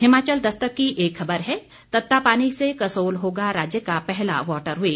हिमाचल दस्तक की एक खबर है तत्तापनी से कसोल होगा राज्य का पहला वाटर वे